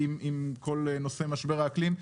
עם כל נושא משבר האקלים.